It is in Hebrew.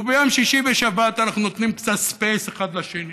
וביום שישי ושבת אנחנו נותנים קצת ספייס אחד לשני